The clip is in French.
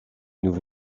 nous